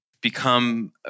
become